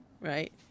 right